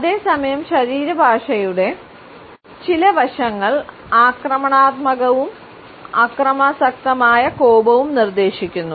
അതേസമയം ശരീരഭാഷയുടെ ചില വശങ്ങൾ ആക്രമണാത്മകവും അക്രമാസക്തമായ കോപവും നിർദ്ദേശിക്കുന്നു